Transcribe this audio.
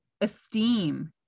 esteem